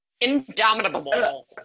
Indomitable